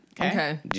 Okay